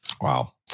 Wow